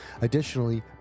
Additionally